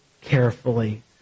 carefully